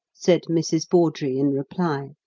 said mrs. bawdrey, in reply.